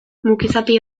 mukizapi